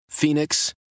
Phoenix